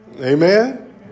Amen